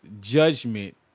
judgment